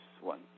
one